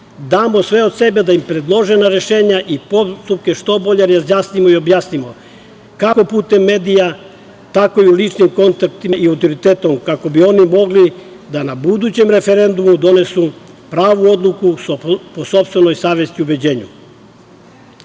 damo sve od sebe da im predložena rešenja i postupke što bolje razjasnimo i objasnimo kako putem medija, tako i u ličnim kontaktima i autoritetom, kako bi oni mogli da na budućem referendumu donesu pravu odluku po sopstvenoj savesti i ubeđenju.O